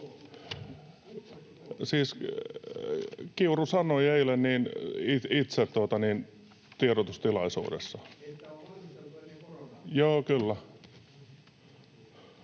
Kiuru sanoi itse eilen tiedotustilaisuudessa.